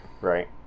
right